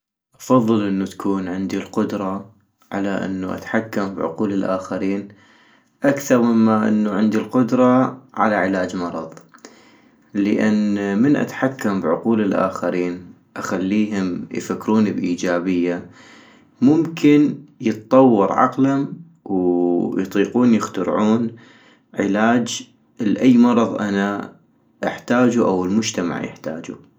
افضل انو تكون عندي القدرة على انو اتحكم بعقول الآخرين اكثغ مما انو عندي القدرة على علاج مرض - لان من اتحكم بعقول الآخرين اخليهم يفكرون بايجابية ممكن يطور عقلم ويطيقون يخترعون علاج لأي مرض أنا احتاجو أو المجتمع يحتاجون